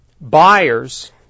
buyers